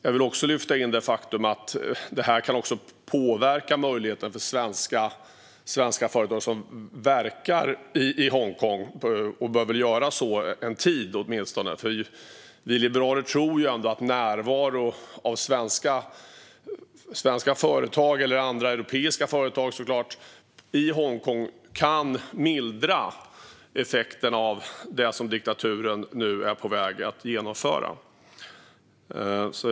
Jag vill också lyfta in det faktum att detta kan påverka möjligheten för svenska företag som verkar i Hongkong och som behöver göra så en tid, åtminstone. Vi liberaler tror ändå att närvaro av svenska företag eller andra europeiska företag i Hongkong kan mildra effekten av det som diktaturen nu är på väg att genomföra.